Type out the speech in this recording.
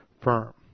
firm